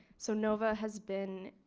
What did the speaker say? so nova has been.